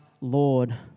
Lord